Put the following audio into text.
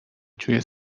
توی